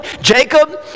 Jacob